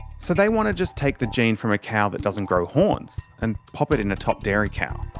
so they want to just take the gene from a cow that doesn't grow horns and pop it in a top dairy cow.